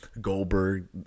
Goldberg